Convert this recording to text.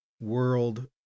world